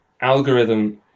algorithm